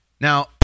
Now